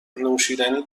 نوشیدنی